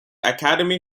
academy